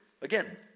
Again